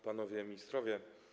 Panowie Ministrowie!